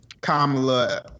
Kamala